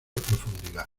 profundidad